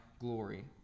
glory